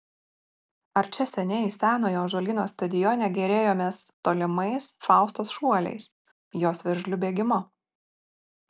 ar čia seniai senojo ąžuolyno stadione gėrėjomės tolimais faustos šuoliais jos veržliu bėgimu